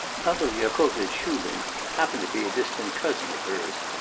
pavel yakovlitch shubin happened to be a distant cousin of hers.